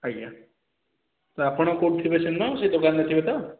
ଆଜ୍ଞା ତ ଆପଣ କେଉଁଠି ଥିବେ ସେଦିନ ସେହି ଦୋକାନରେ ଥିବେ ତ